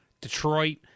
Detroit